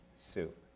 soup